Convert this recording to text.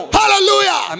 hallelujah